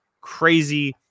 crazy